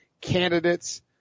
candidates